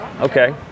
okay